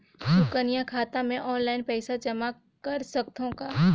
सुकन्या खाता मे ऑनलाइन पईसा जमा कर सकथव का?